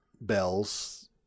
bells